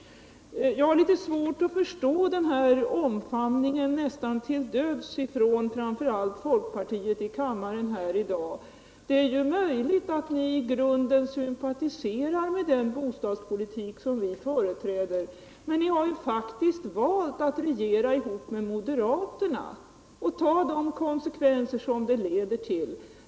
Jag har litet svårt att förstå denna omfamning nästan till döds, framför allt från folkpartiets sida, här i kammaren i dag. Det är ju möjligt att ni i grunden sympatiserar med den bostadspolitik som vi företräder. Men ni har ju faktiskt valt att regera ihop med moderaterna och ta de konsekvenser som detta leder till.